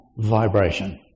vibration